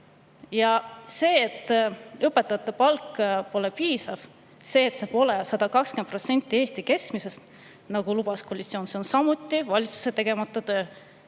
Ja see, et õpetajate palk pole piisav, see, et see pole 120% Eesti keskmisest, nagu lubas koalitsioon, on samuti valitsuse tegemata töö.